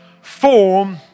form